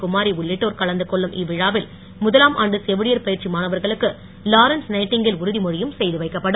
குமாரி உள்ளிட்டோர் கலந்துகொள்ளும் இவ்விழாவில் முதலாம் ஆண்டு செவிலியர் பயிற்சி மாணவர்களுக்கு லாரன்ஸ் நைட்டிங்கேல் உறுதிமொழியும் செய்துவைக்கப்படும்